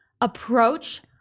approach